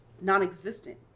non-existent